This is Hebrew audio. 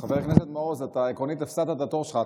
חבר הכנסת מעוז, אתה עקרונית הפסדת את התור שלך.